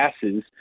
passes